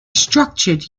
structured